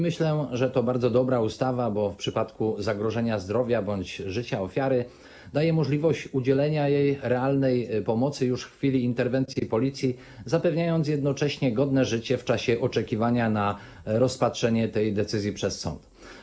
Myślę, że to bardzo dobra ustawa, bo w przypadku zagrożenia zdrowia bądź życia ofiary daje możliwość udzielenia jej realnej pomocy już w chwili interwencji Policji, zapewniając jednocześnie godne życie w czasie oczekiwania na rozpatrzenie tej decyzji przez sąd.